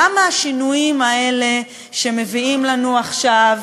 למה השינויים האלה שמביאים לנו עכשיו?